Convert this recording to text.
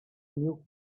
new